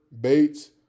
Bates